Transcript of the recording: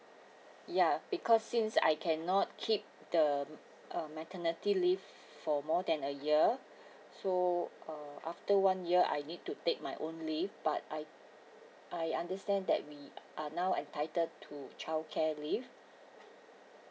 ya because since I cannot keep the maternity leave for more than a year so uh after one year I need to take my own leave but I I understand that we are now entitle to childcare leave